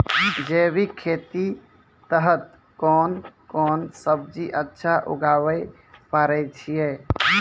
जैविक खेती के तहत कोंन कोंन सब्जी अच्छा उगावय पारे छिय?